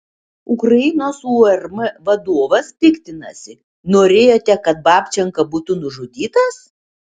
ukrainos urm vadovas piktinasi norėjote kad babčenka būtų nužudytas